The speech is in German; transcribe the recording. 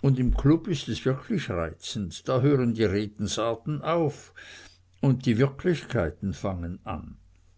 und im club ist es wirklich reizend da hören die redensarten auf und die wirklichkeiten fangen an